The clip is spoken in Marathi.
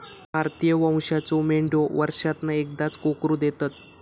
भारतीय वंशाच्यो मेंढयो वर्षांतना एकदाच कोकरू देतत